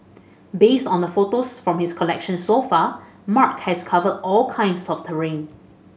based on the photos from his collection so far Mark has covered all kinds of terrain